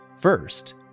First